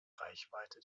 reichweite